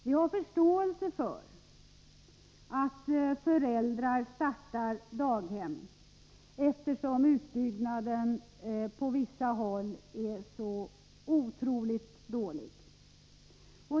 Vi har förståelse för att föräldrar startar daghem, eftersom utbyggnaden på vissa håll är så otroligt dålig.